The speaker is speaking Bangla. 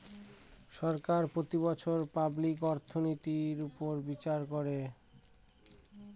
সরকার প্রতি বছর পাবলিক অর্থনৈতির উপর বিচার করে